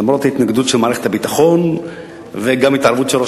למרות ההתנגדות של מערכת הביטחון והתערבות של ראש